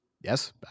Yes